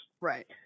Right